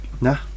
nah